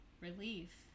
relief